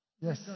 Yes